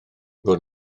bod